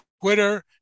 twitter